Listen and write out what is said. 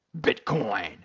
Bitcoin